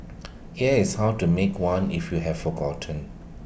here's how to make one if you have forgotten